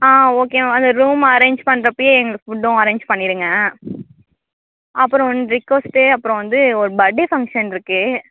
ஆ okay ma'am அது room arrange பண்றப்பயே எங்களுக்கு ஃபுட்டும் அரேஞ்ச் பண்ணிவிடுங்க அப்புறம் ஒன் ரிக்குவெஸ்ட்டு அப்புறம் வந்து ஒரு பர்த் டே ஃபங்க்ஷன் இருக்குது